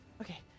Okay